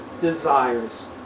desires